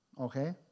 okay